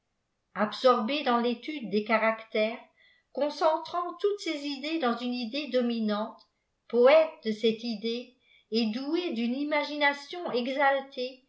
absorbé dans létude des caractères concentrant toutes ses idées dans une idée dominante poète de cette idée et doué d'une imagination exaltée